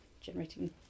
generating